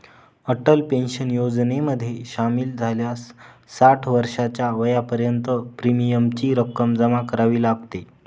Atal pension योजनेमध्ये सामील झाल्यास साठ वर्षाच्या वयापर्यंत प्रीमियमची रक्कम जमा करावी लागते